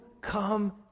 come